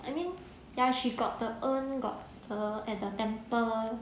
I mean ya she got the urn got her at the temple